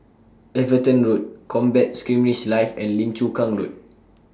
Everton Road Combat Skirmish Live and Lim Chu Kang Road